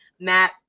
Matt